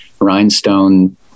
rhinestone